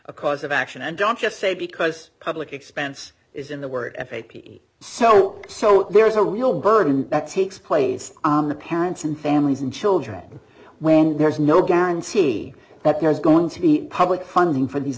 a cause of action and don't just say because public expense is in the word f a p so so there is a real burden that takes place on the parents and families and children when there's no guarantee that there is going to be public funding for these